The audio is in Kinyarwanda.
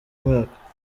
mwaka